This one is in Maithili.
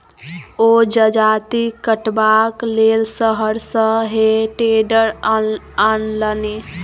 ओ जजाति कटबाक लेल शहर सँ हे टेडर आनलनि